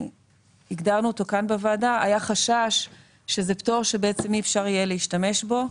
פריט שכשהגדרנו פה בוועדה היה חשש שיש פטור שאי אפשר יהיה להשתמש בו.